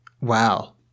Wow